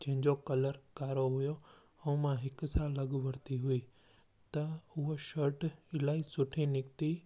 जंहिंजो कलर कारो हुओ ऐं मां हिकु सालु अॻु वरिती हुई त उहा शर्ट इलाही सुठी निकिती